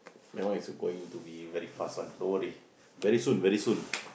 that one is going to be very fast one don't worry very soon very soon